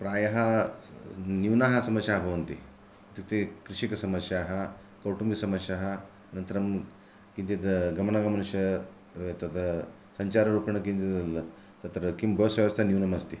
प्रायः न्यूनाः समस्याः भवन्ति इत्युक्ते कृषिकसमस्याः कौटुम्बिकसमस्याः अनन्तरं किञ्चित् गमनागमनस्य तत् सञ्चाररूपेण किञ्चित् तत्र बस् व्यवस्था न्यूनम् अस्ति